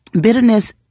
bitterness